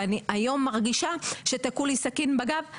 ואני היום מרגישה שתקעו לי סכין בגב וסובבו.